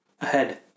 ahead